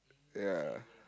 ya